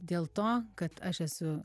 dėl to kad aš esu